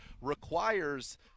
requires